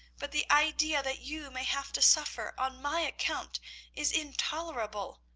but the idea that you may have to suffer on my account is intolerable.